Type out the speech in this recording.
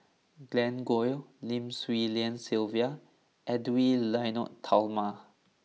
Glen Goei Lim Swee Lian Sylvia and Edwy Lyonet Talma